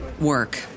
work